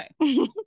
Okay